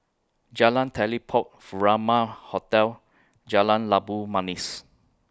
Jalan Telipok Furama Hotel Jalan Labu Manis